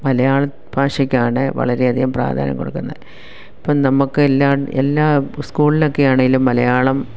മലയാള ഭാഷക്കാണ് വളരെയധികം പ്രാധാന്യം കൊടുക്കുന്നത് ഇപ്പോൾ നമുക്ക് എല്ലാം എല്ലാം സ്കൂളിലൊക്കെയാണേലും മലയാളം